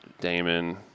Damon